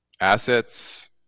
assets